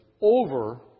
over